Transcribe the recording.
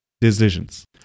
decisions